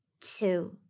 two